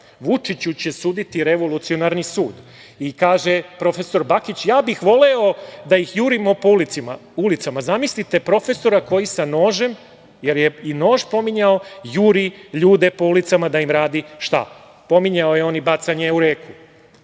"Vučiću će suditi revolucionarni sud. Ja bih voleo da ih jurimo po ulicama". Zamislite profesora koja sa nožem, jer je i nož pominjao, juri ljude po ulicama da im radi - šta? Pominjao je on i bacanje u reku.